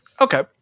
Okay